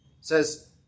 says